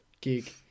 gig